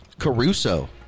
Caruso